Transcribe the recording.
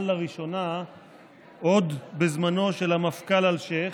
לראשונה עוד בזמנו של המפכ"ל אלשיך,